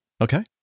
okay